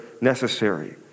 necessary